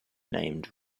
named